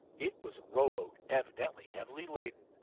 it was a row boat, evidently heavily laden,